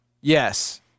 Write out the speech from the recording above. yes